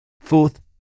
Fourth